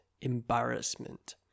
Embarrassment